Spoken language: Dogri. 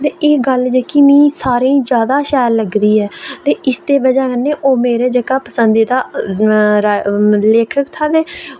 ते एह् गल्ल जेह्की मी सारें ई जैदा शैल लगदी ऐ ते इसदे वजह् कन्नै ओह् मेरे जेह्का पसंदिदा लेखक हा ते